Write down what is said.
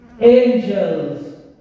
Angels